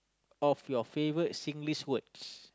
of your favourite Singlish words